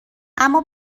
اما